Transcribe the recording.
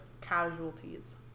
casualties